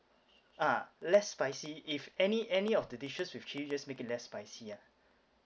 ah less spicy if any any of the dishes with chilli just make it less spicy ah